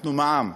הפחתנו מע"מ,